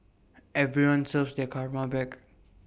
everyone serves their karma back